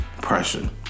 pressure